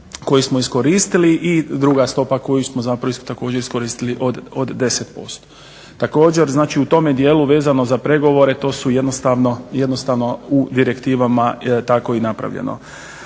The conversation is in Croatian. koju smo iskoristili i druga stopa koju smo zapravo isto također iskoristili od 10%. Također, znači u tome dijelu vezano za pregovore to su jednostavno u direktivama je tako i napravljeno.